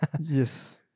Yes